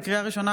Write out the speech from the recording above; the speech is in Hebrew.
לקריאה ראשונה,